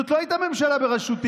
זאת לא הייתה ממשלה בראשותי,